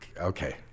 okay